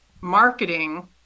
marketing